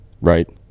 Right